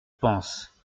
pense